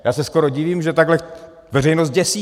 Já se skoro divím, že takhle veřejnost děsíte.